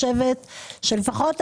כאשר אזרחים בוחרים,